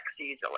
easily